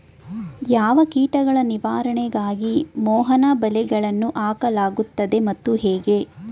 ಯಾವ ಕೀಟಗಳ ನಿವಾರಣೆಗಾಗಿ ಮೋಹನ ಬಲೆಗಳನ್ನು ಹಾಕಲಾಗುತ್ತದೆ ಮತ್ತು ಹೇಗೆ?